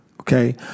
okay